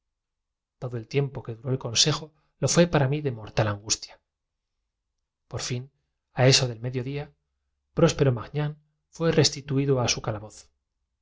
todo el tiempo que duró el consejo lo fué para mí de mortal angustia por fin a eso del medio día próspero magnán fué restituido a su calabozo